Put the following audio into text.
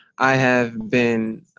i have been